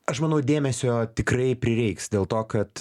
aš manau dėmesio tikrai prireiks dėl to kad